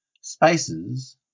Spices